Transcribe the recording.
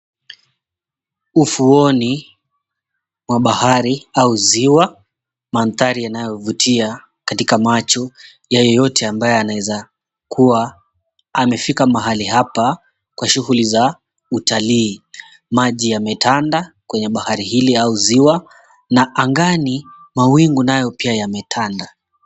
Ufuoni mwa bahari au ziwa mandhari yanayovutia katika macho ya yeyote ambaye anaweza kuwa amefika mahali hapa kwa shughuli za utalii. Maji yametanda kwenye bahari hili au ziwa na angani mawingu nayo pia yametanda.